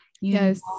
Yes